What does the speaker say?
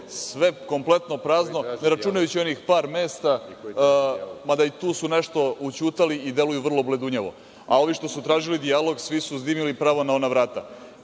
sve kompletno prazno, ne računajući onih par mesta, mada i tu su nešto ućutali i deluju vrlo bledunjavo. A, ovi što su tražili dijalog, svi su zdimili pravo na ona vrata,